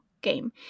game